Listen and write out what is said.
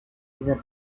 dieser